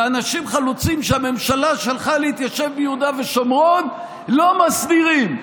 ואנשים חלוצים שהממשלה שלחה להתיישב ביהודה ושומרון לא מסדירים.